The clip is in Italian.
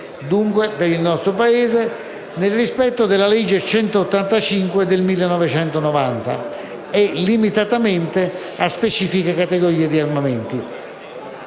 dunque, per il nostro Paese, nel rispetto della legge n. 185 del 1990 e limitatamente a specifiche categorie di armamenti.